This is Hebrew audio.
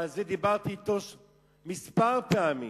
ועל זה דיברתי אתו כמה פעמים.